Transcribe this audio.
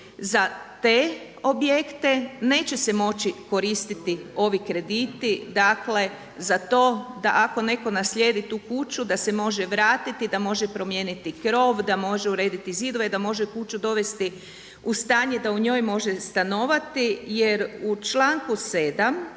za te objekte neće se moći koristiti ovi krediti. Dakle, za to da ako netko naslijedi tu kuću da se može vratiti, da može promijeniti krov, da može urediti zidove, da može kuću dovesti u stanje da u njoj može stanovati. Jer u članku 7.